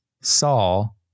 Saul